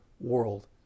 world